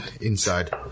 inside